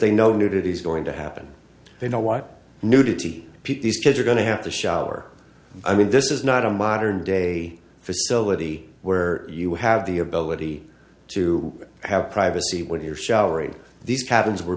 they know nudity is going to happen they know what nudity these kids are going to have to shower i mean this is not a modern day facility where you have the ability to have privacy when you're showering these cabins were